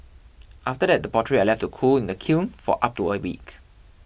after that the pottery are left to cool in the kiln for up to a week